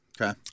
Okay